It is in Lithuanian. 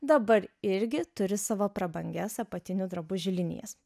dabar irgi turi savo prabangias apatinių drabužių linijas